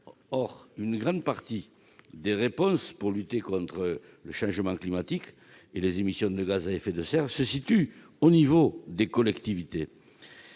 Or une grande partie des réponses de lutte contre le changement climatique et les émissions de gaz à effet de serre se joue à l'échelle des collectivités.